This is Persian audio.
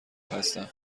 هستم